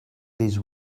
these